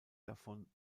davon